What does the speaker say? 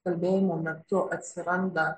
kalbėjimo metu atsiranda